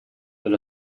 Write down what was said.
that